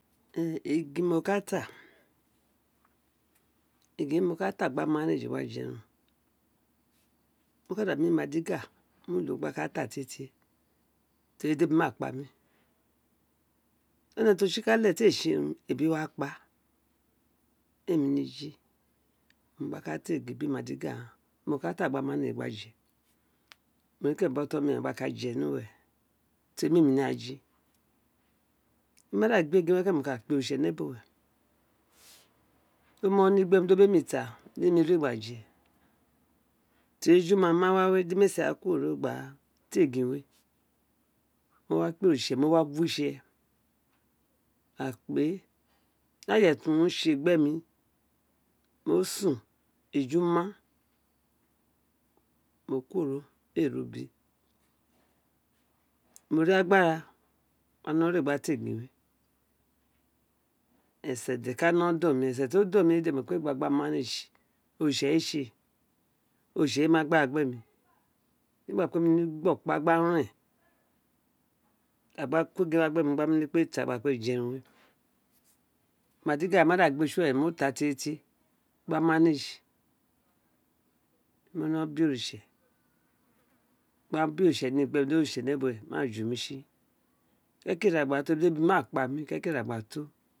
egin mo ka ta egm we mo ka ta gba unintelligible jerun mo ka da mi ima diga mu lu gba katsa tie tie di ebi ma kpa mi one tr o tsi ka le ti ee tsi urnn ebi wa kpa mi éè ńe mí jí owun mo gba ka taa egìn br madiga ghaan di mo ka ta gba mu gbí omeran ghan tsì dí mo ka ta gba mu gbí aghan gba je nu we mi éè nemr ré gba ji ḿo ma da gbe gin wa mo ka kpe oritsene buwe dr ó mi ewo ni gbe mi ta di emi ri gba je go rí eju má má boja wé dr mr eesi ra kuworo gbó ta egin wé wo wa kpe ori tse ḿo wa gu wo ítse mo ka kpe nr aye ti o tsé gbé mr mo sun eju ma mo kuworo mr ee ri ubó mo nr agbara ma no re gba ta egin mr esen dé ka no don mr esen de to don mi mo kpe gba gba manage oritse owum̀ re tse ori tse owun re mu agbara we gbe mí temi gba kpe nemr gbí o kpa gba kpe ren ti a gba ko egin wá gbe mr kpe taa gba kpe jerun we madiga we mo ma dà gba tsi ni uwe wó wa ta tie tie tie tié gba mó no biee oritde gba bi oritse nebuwe do ma jụ mr tsi ke ki ira ma tọ do ma ju mr kei ki ira mr ma tó.